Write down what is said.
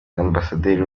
ambasaderi